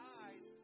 eyes